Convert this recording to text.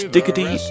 Diggity